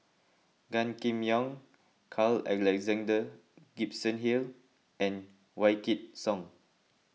Gan Kim Yong Carl Alexander Gibson Hill and Wykidd Song